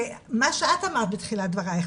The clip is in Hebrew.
מה שאת אמרת בתחילת דברייך,